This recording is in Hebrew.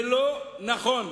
זה לא נכון.